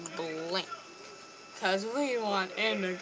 blink cause we want him